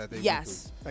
Yes